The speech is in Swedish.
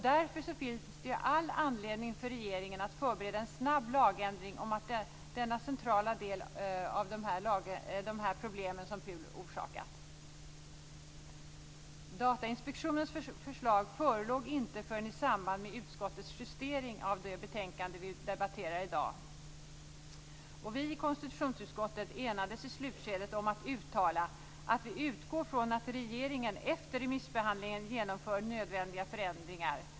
Därför finns det all anledning för regeringen att förbereda en snabb lagändring om denna centrala del av problemen som PUL orsakat. Datainspektionens förslag förelåg inte förrän i samband med utskottets justering av det betänkande som vi debatterar i dag. Vi i konstitutionsutskottet enades i slutskedet om att uttala att vi utgår från att regeringen efter remissbehandlingen genomför nödvändiga förändringar.